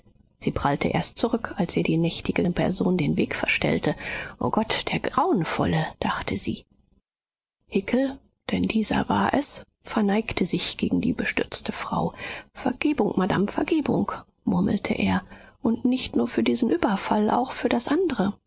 sie prallte erst zurück als ihr die nächtige person den weg verstellte o gott der grauenvolle dachte sie hickel denn dieser war es verneigte sich gegen die bestürzte frau vergebung madame vergebung murmelte er und nicht nur für diesen überfall auch für das andre